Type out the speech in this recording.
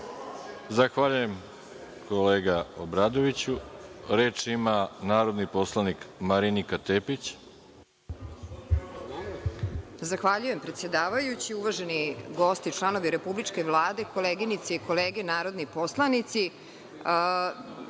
Zahvaljujem kolega Obradoviću. Reč ima narodni poslanik Marinika Tepić. **Marinika Tepić** Zahvaljujem predsedavajući. Uvaženi gosti, članovi republičke Vlade, koleginice i kolege narodni poslanici,